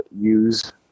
use